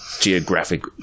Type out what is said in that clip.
geographic